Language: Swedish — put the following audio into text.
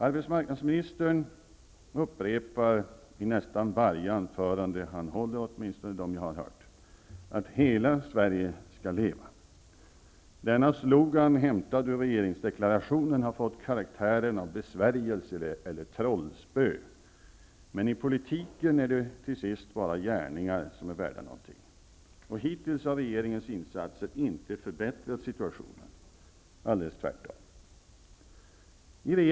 Arbetsmarknadsministern upprepar i nästan varje anförande som han håller, åtminstone i dem som jag har hört, att ''hela Sverige skall leva''. Denna slogan, hämtad ur regeringsdeklarationen, har fått karaktären av besvärjelse eller trollspö. Men i politiken är det till sist bara gärningar som är värda någonting, och hittills har regeringens insatser inte förbättrat situationen, utan alldeles tvärtom.